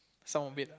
some of it